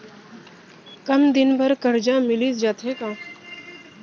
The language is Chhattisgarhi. कम दिन बर करजा मिलिस जाथे का?